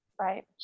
Right